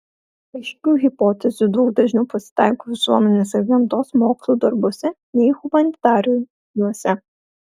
aiškių hipotezių daug dažniau pasitaiko visuomenės ir gamtos mokslų darbuose nei humanitariniuose